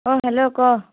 অ hello ক